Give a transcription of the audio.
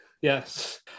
yes